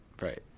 Right